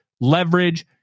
leverage